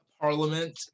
parliament